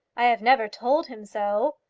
i have never told him so.